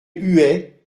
huet